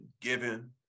given